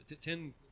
Ten